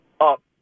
up